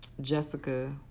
Jessica